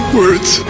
words